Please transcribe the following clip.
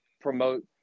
promote